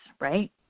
right